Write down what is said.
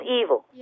evil